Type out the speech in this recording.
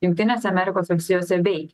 jungtinėse amerikos valstijose veikia